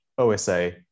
OSA